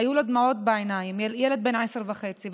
היו לו דמעות בעיניים, ילד בן עשר וחצי.